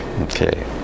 Okay